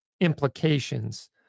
implications